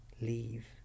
leave